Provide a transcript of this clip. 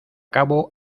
cabo